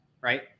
right